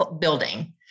building